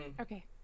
Okay